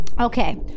Okay